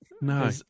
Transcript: No